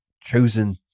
chosen